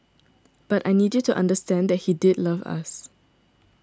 but I need you to understand that he did love us